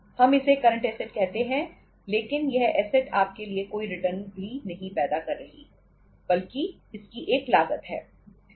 हम इसे current asset कहते हैं लेकिन यह ऐसेट आपके लिए कोई रिटर्न भी नहीं पैदा कर रही है बल्कि इसकी एक लागत है